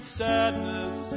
sadness